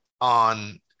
on